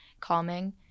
calming